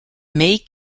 may